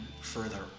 further